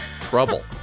trouble